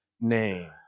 name